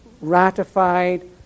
ratified